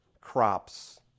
crops